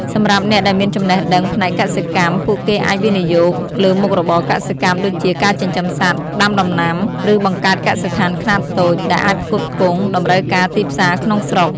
សម្រាប់អ្នកដែលមានចំណេះដឹងផ្នែកកសិកម្ម ពួកគេអាចវិនិយោគលើមុខរបរកសិកម្មដូចជា ការចិញ្ចឹមសត្វ ដាំដំណាំ ឬបង្កើតកសិដ្ឋានខ្នាតតូច ដែលអាចផ្គត់ផ្គង់តម្រូវការទីផ្សារក្នុងស្រុក។